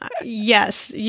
Yes